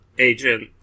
agent